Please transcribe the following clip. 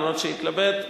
למרות שהתלבט,